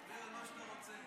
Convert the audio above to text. דבר על מה שאתה רוצה.